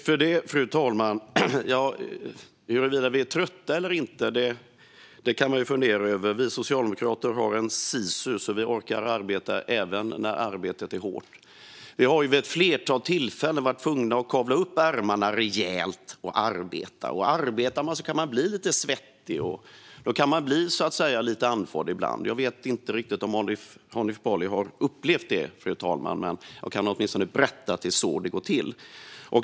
Fru talman! Huruvida vi är trötta eller inte kan man fundera över. Vi socialdemokrater har en sisu, så vi orkar arbeta även när arbetet är hårt. Vi har vid ett flertal tillfällen varit tvungna att kavla upp ärmarna rejält och arbeta. Och arbetar man kan man bli lite svettig och andfådd ibland. Jag vet inte riktigt om Hanif Bali har upplevt det, men jag kan åtminstone berätta att det är så det går till.